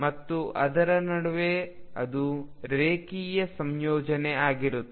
ಮತ್ತು ಅದರ ನಡುವೆ ಅದು ರೇಖೀಯ ಸಂಯೋಜನೆಯಾಗಿರುತ್ತದೆ